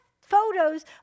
photos